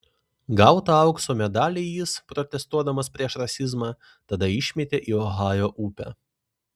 gautą aukso medalį jis protestuodamas prieš rasizmą tada išmetė į ohajo upę